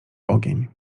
ogień